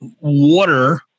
water